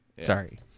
Sorry